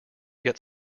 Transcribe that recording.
yet